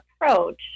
approach